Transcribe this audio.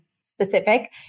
specific